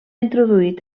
introduït